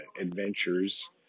adventures